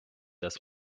das